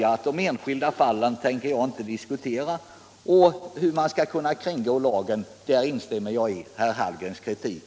De enskilda fallen tänker jag inte diskutera. När det gäller hur man kan kringgå lagen instämmer jag i herr Hallgrens kritik.